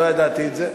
לא ידעתי את זה.